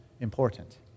important